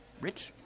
rich